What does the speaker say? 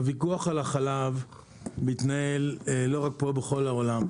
הוויכוח על החלב מתנהל לא רק פה, אלא בכל העולם.